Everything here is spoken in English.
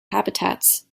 habitats